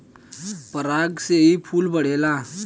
पराग से ही फूल बढ़ेला